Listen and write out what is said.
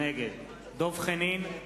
נגד דב חנין,